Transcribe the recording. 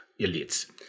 elites